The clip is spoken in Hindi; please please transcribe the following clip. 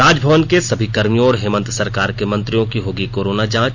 राजभवन के सभी कर्मियों और हेमंत सरकार के मंत्रियों की होगी कोरोना जांच